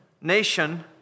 Nation